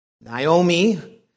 Naomi